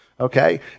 okay